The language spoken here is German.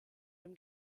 dem